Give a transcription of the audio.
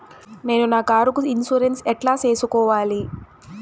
నేను నా కారుకు ఇన్సూరెన్సు ఎట్లా సేసుకోవాలి